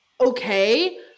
okay